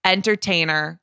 Entertainer